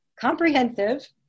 comprehensive